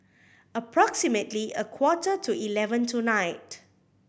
approximately a quarter to eleven tonight